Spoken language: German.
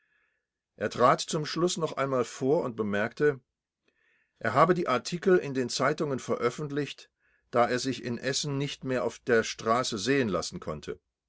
er trat zum schluß noch einmal vor und bemerkte er habe die artikel in den zeitungen veröffentlicht da er sich in essen nicht mehr auf der straße sehen lassen konnte